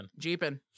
Jeeping